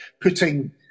putting